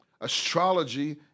Astrology